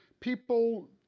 people